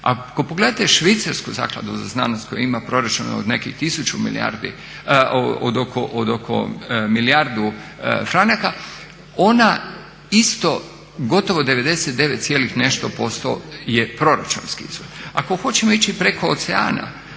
Ako pogledate švicarsku zakladu za znanost koja ima proračun od nekih milijardu franaka ona isto gotovo 99,nešto je proračunski izvor. Ako hoćemo ići preko oceana